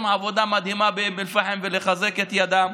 עבודה מדהימה באום אל-פחם ולחזק את ידיהם.